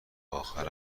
اخر